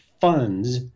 funds